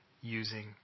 using